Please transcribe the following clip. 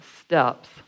steps